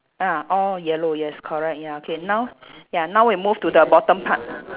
ah all yellow yes correct ya okay now ya now we move to the bottom part